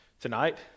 tonight